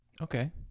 okay